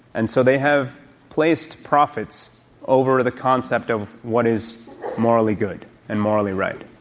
and so they have placed profits over the concept of what is morally good and morally right.